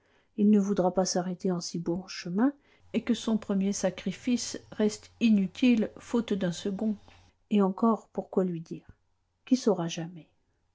il ne voudra pas s'arrêter en si beau chemin et que son premier sacrifice reste inutile faute d'un second et encore pourquoi lui dire qui saura jamais